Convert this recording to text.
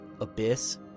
abyss